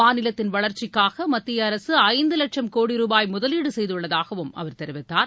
மாநிலத்தின் வளர்ச்சிக்காக மத்திய அரசு ஐந்து லட்சம் கோடி ரூபாய் முதலீடு செய்துள்ளதாகவும் அவர் தெரிவித்தார்